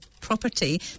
Property